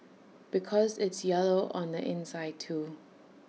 because it's yellow on the inside too